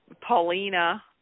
Paulina